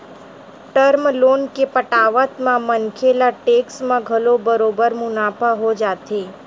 term loan के पटावत म मनखे ल टेक्स म घलो बरोबर मुनाफा हो जाथे